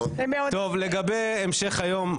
לגבי המשך היום.